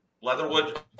Leatherwood